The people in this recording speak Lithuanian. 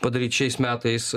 padaryt šiais metais